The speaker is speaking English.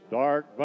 dark